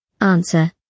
Answer